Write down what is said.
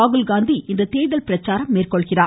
ராகுல்காந்தி இன்று தேர்தல் பிரச்சாரம் மேற்கொள்கிறார்